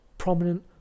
prominent